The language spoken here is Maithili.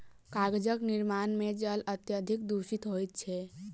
कागजक निर्माण मे जल अत्यधिक दुषित होइत छै